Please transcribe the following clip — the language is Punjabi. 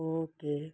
ਹੋ ਕੇ